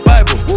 Bible